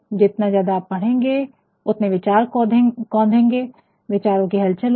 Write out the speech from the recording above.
जितना ज्यादा आप पढ़ेंगे उतने विचार कौंधेंगे विचारो कि हलचल होगी